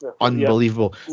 unbelievable